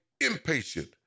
impatient